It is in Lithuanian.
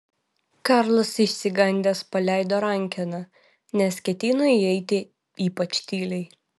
karlas išsigandęs paleido rankeną nes ketino įeiti ypač tyliai